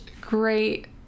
great